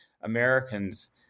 Americans